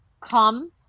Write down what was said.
come